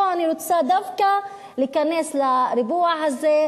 פה אני רוצה דווקא להיכנס לריבוע הזה,